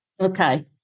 Okay